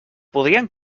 podríem